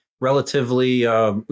relatively –